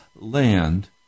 land